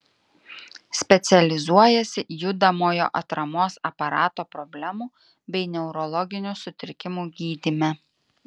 specializuojasi judamojo atramos aparato problemų bei neurologinių sutrikimų gydyme